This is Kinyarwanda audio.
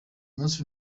munsi